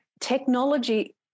technology